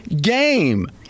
game